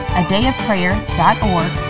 adayofprayer.org